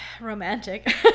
romantic